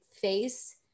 face